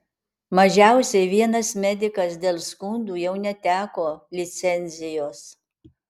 mažiausiai vienas medikas dėl skundų jau neteko licencijos